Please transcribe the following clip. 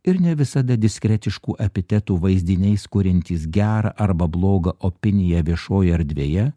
ir ne visada diskretiškų epitetų vaizdiniais kuriantys gerą arba blogą opiniją viešojoje erdvėje